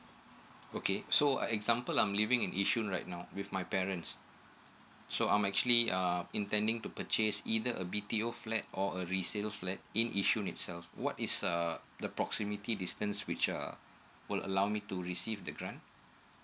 okay so example I'm living in yishun right now with my parents so I'm actually uh intending to purchase either a b t o flat or a resale flat in yishun itself what is uh the proximity distance which uh will allow me to receive the grant